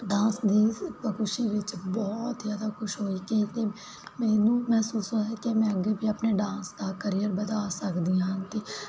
dance ਖੁਸ਼ੀ ਵਿੱਚ ਬਹੁਤ ਜਿਆਦਾ ਖੁਸ਼ ਹੋ ਕੇ ਤੇ ਮੈਨੂੰ ਮਹਿਸੂਸ ਹੋਇਆ ਕਿ ਮੈਂ ਅੱਗੇ ਵੀ ਆਪਣੀ ਡਾਂਸ ਤਾਂ ਕਰੀਅਰ ਵਧਾ ਸਕਦੇ ਹਾਂ ਤੇ